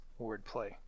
wordplay